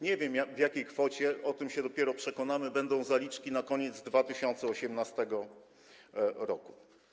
Nie wiem, w jakiej kwocie - o tym się dopiero przekonamy - będą zaliczki na koniec 2018 r.